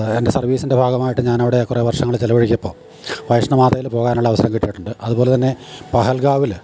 എൻ്റെ സർവീസിൻ്റെ ഭാഗമായിട്ട് ഞാനവിടെ കുറേ വർഷങ്ങള് ചിലവഴിച്ചപ്പോള് വൈഷ്ണ മാതയിൽ പോകാനുള്ള അവസരം കിട്ടിയിട്ടുണ്ട് അതുപോലെ തന്നെ പഹൽഗാവില്